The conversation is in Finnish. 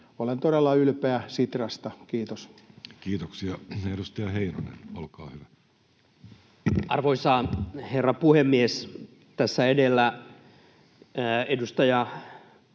Olen todella ylpeä Sitrasta. — Kiitos. Kiitoksia. — Edustaja Heinonen, olkaa hyvä. Arvoisa herra puhemies! Tässä edellä edustaja